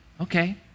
Okay